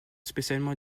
spécialement